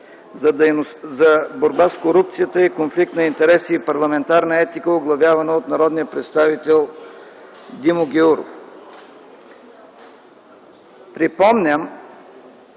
за борба с корупцията и конфликт на интереси и парламентарна етика, оглавявана от народния представител Димо Гяуров. Припомням,